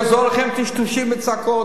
לא יעזרו לכם קשקושים וצעקות,